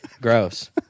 gross